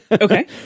okay